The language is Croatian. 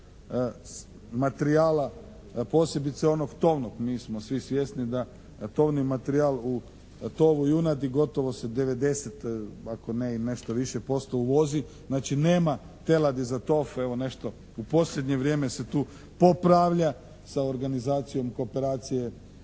materijala posebice onog tovnog, mi smo svi svjesni da tovni materijal u tovu junadi gotovo se 90 ako ne i nešto više posto uvozi. Znači, nema teladi za tov. Evo nešto u posljednje vrijeme se tu popravlja sa organizacijom, kooperacije